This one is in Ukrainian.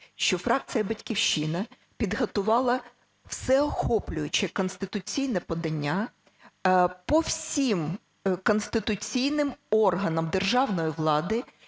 що фракція "Батьківщина" підготувала всеохоплююче конституційне подання по всіх конституційних органах державної влади,